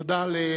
תקווה